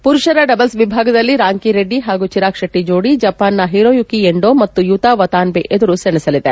ಪುರುಷರ ಡಬಲ್ಲ್ ವಿಭಾಗದಲ್ಲಿ ರಾಂಕಿರೆಡ್ಡಿ ಹಾಗೂ ಚಿರಾಗ್ಶೆಟ್ಲ ಜೋಡಿ ಜಪಾನ್ನ ಹಿರೋಯುಕಿ ಎಂಡೋ ಮತ್ತು ಯುತಾ ವತಾನ್ಬೆ ಎದುರು ಸೆಣಸಲಿದೆ